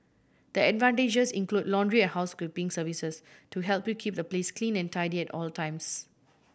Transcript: the advantages include laundry and housekeeping services to help you keep the place clean and tidy at all the times